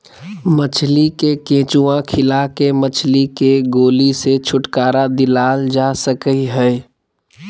मछली के केंचुआ खिला के मछली के गोली से छुटकारा दिलाल जा सकई हई